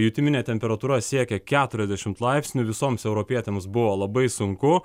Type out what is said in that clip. jutiminė temperatūra siekė keturiasdešimt laipsnių visoms europietėms buvo labai sunku